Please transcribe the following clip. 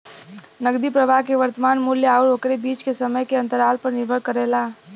नकदी प्रवाह के वर्तमान मूल्य आउर ओकरे बीच के समय के अंतराल पर निर्भर करेला